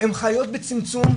הן חיות בצמצום,